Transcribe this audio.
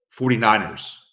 49ers